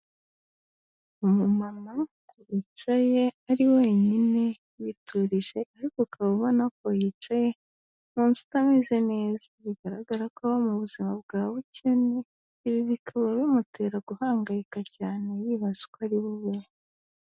Umumama wicaye ari wenyine yiturije ariko ukaba ubona ko yicaye, ubanza atameze neza bigaragara ko aba mu buzima bwa bukene, ibi bikaba bimutera guhangayika cyane yibazwa uko ari bubeho.